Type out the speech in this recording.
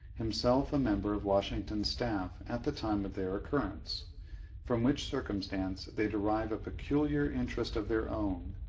himself a member of washington's staff at the time of their occurrence from which circumstance they derive a peculiar interest of their own.